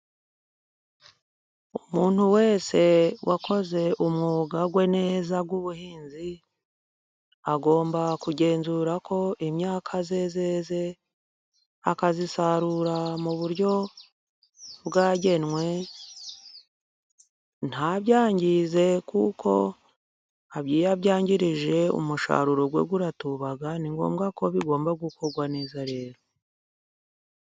Umuntu wese wakoze umwuga we neza w'ubuhinzi agomba kugenzura ko imyaka yeze, akayisarura mu buryo bwagenwe, ntabyangize kuko iyo abyangirije umusaruro we uratuba. Ni ngombwa ko bigomba gukorwa neza rero.